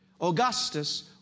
Augustus